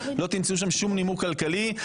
לא תמצאו שם שום נימוק כלכלי.